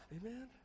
Amen